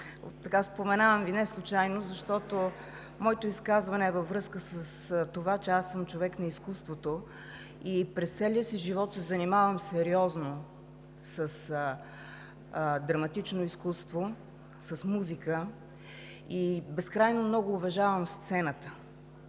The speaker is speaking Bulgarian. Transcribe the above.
Биков, споменавам Ви неслучайно, защото моето изказване е във връзка с това, че аз съм човек на изкуството и през целия си живот се занимавам сериозно с драматично изкуство, с музика и безкрайно много уважавам сцената.